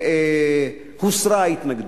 והוסרה ההתנגדות.